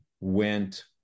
went